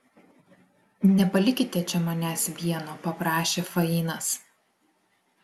nepalikite čia manęs vieno paprašė fainas